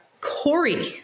Corey